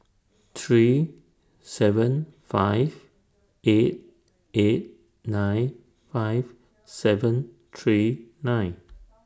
three seven five eight eight nine five seven three nine